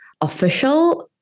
official